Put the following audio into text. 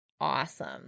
awesome